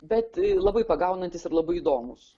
bet labai pagaunantys ir labai įdomūs